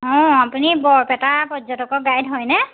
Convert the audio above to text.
অঁ আপুনি বৰপেটাৰ পৰ্যটকৰ গাইড হয়নে